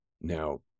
Now